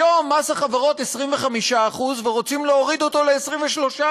היום מס החברות 25%, ורוצים להוריד אותו ל-23%.